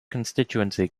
constituency